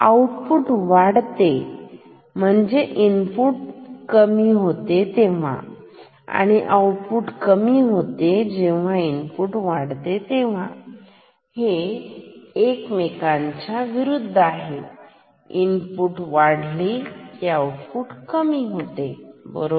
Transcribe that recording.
output वाटते जेव्हा input कमी होते आणि आउटपुट कमी होते कमी होते जेव्हा इनपुट वाढते हे एकमेकांच्या विरुद्ध आहे इनपुट वाढेल जेव्हा आउटपुट कमी होईल बरोबर